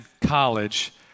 college